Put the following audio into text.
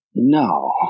No